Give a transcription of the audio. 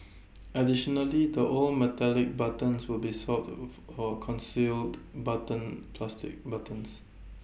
additionally the old metallic buttons will be swapped out for concealed button plastic buttons